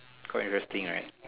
quite interesting right